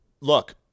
look